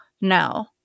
no